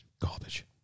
garbage